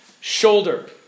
shoulder